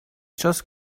just